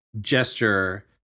gesture